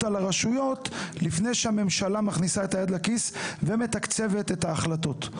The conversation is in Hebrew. על הרשויות לפני שהממשלה מכניסה את היד לכיס ומתקצבת את ההחלטות.